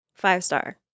Five-star